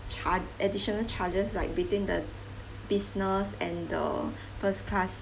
charge additional charges like between the business and the first class